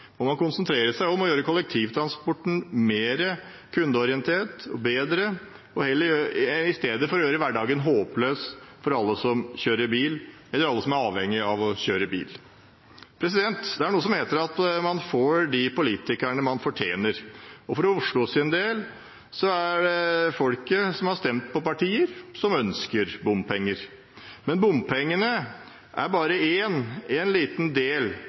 må man konsentrere seg om å gjøre kollektivtransporten mer kundeorientert og bedre i stedet for å gjøre hverdagen håpløs for alle som kjører bil, alle som er avhengig av å kjøre bil. Det er noe som heter at man får de politikerne man fortjener, og for Oslos del er det folket som har stemt på partier som ønsker bompenger. Men bompengene er bare en liten del